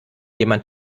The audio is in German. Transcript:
jemand